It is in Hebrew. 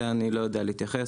זה אני לא יודע להתייחס.